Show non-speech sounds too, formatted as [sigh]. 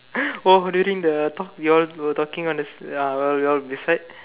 [noise] oh during the talk you all were talking on the uh [noise] beside